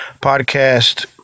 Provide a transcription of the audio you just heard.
podcast